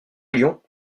lyon